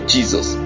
Jesus